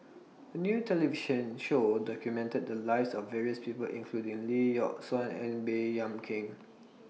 A New television Show documented The Lives of various People including Lee Yock Suan and Baey Yam Keng